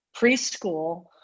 preschool